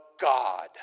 God